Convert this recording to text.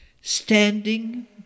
standing